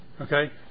Okay